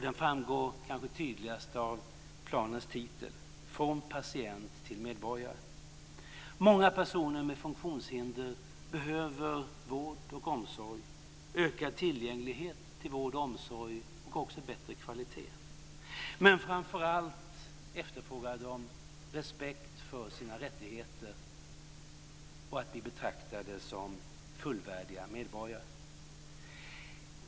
Det framgår kanske tydligast av planens titel Många personer med funktionshinder behöver vård och omsorg, ökad tillgänglighet till vård och omsorg och också bättre kvalitet, men framför allt efterfrågar de respekt för sina rättigheter och vill bli betraktade som fullvärdiga medborgare.